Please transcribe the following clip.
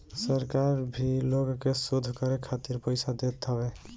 सरकार भी लोग के शोध करे खातिर पईसा देत हवे